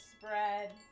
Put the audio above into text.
spread